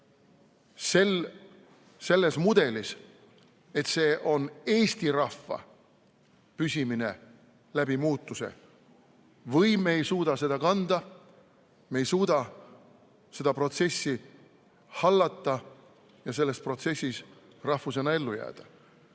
selles mudelis, et see on eesti rahva püsimine läbi muutuse, või me ei suuda seda kanda, me ei suuda seda protsessi hallata ja selles protsessis rahvusena ellu jääda. See